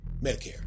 Medicare